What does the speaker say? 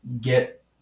get